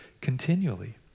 continually